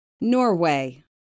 Norway